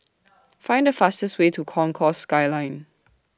Find The fastest Way to Concourse Skyline